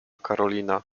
karolina